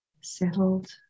settled